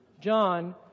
John